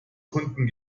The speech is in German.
kunden